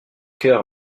chœur